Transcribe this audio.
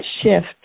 shift